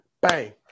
bang